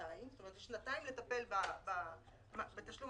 כלומר הוא יבחר בין 18'